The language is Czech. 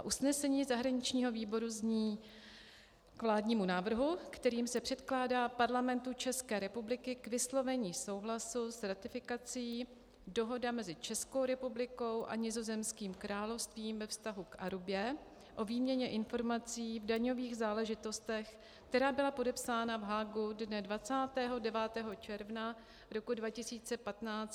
Usnesení zahraničního výboru zní: K vládnímu návrhu, kterým se předkládá Parlamentu České republiky k vyslovení souhlasu s ratifikací Dohoda mezi Českou republikou a Nizozemským královstvím ve vztahu k Arubě o výměně informací v daňových záležitostech, která byla podepsána v Haagu dne 29. června 2015.